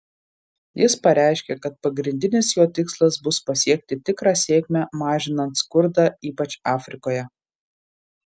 jis pareiškė kad pagrindinis jo tikslas bus pasiekti tikrą sėkmę mažinant skurdą ypač afrikoje